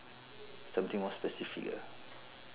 something more specific ah